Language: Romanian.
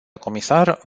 comisar